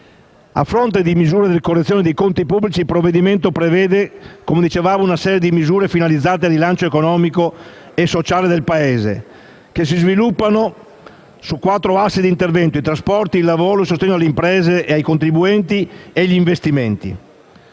A fronte delle misure di correzione dei conti pubblici, il provvedimento prevede una serie di misure finalizzate al rilancio economico e sociale del Paese. Tali interventi si sviluppano su quattro aree prioritarie di intervento: i trasporti, il lavoro, il sostegno alle imprese e ai contribuenti e gli investimenti.